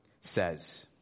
says